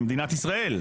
במדינת ישראל,